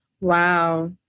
Wow